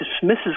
dismisses